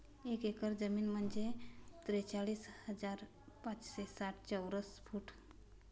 एक एकर जमीन म्हणजे त्रेचाळीस हजार पाचशे साठ चौरस फूट